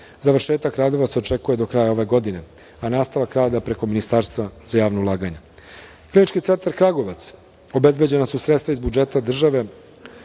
Završetak radova se očekuje do kraja ove godine, a nastavak rada preko Ministarstva za javna ulaganja. Klinički centar Kragujevac, obezbeđena su sredstva iz budžeta države